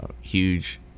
huge